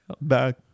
Back